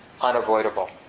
unavoidable